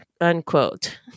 unquote